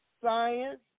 science